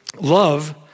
Love